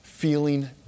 feeling